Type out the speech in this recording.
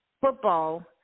football